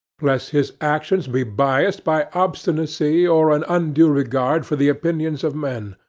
lest his actions be biased by obstinacy or an undue regard for the opinions of men.